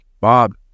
Bob